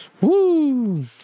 Woo